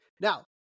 Now